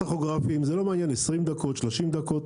זה לא מעניין 20 דקות, 30 דקות,